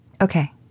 Okay